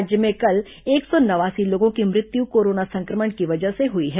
राज्य मे कल एक सौ नवासी लोगों की मृत्यु कोरोना संक्रमण की वजह से हुई है